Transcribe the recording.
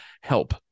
help